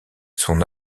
son